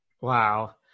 wow